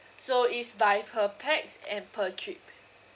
so is by per pax and per trip